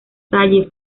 salle